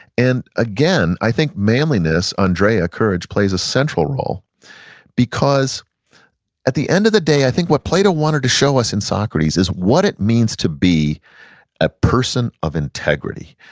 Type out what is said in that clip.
and again, i think manliness, andrea, courage, plays a central role because at the end of the day i think what plato wanted to show us in socrates is what it means to be a person of integrity.